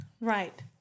Right